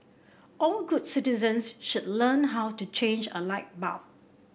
all good citizens should learn how to change a light bulb